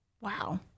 Wow